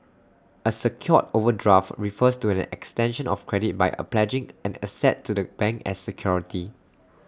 A securer overdraft refers to an extension of credit by A pledging an asset to the bank as security